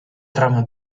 trama